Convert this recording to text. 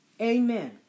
Amen